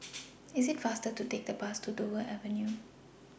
IT IS faster to Take The Bus to Dover Avenue